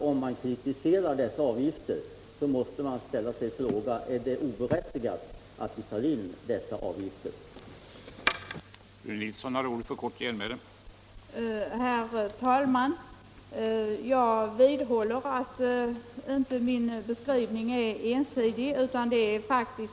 Om man kritiserar dessa avgifter måste man ställa frågan: Är det oberättigat att ta in dessa avgifter? Allmänpolitisk debatt tn Allmänpolitisk debatt 60